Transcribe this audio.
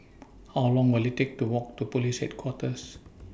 How Long Will IT Take to Walk to Police Headquarters